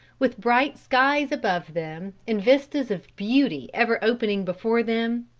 with bright skies above them, and vistas of beauty ever opening before them,